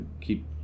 keep